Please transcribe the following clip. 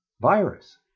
virus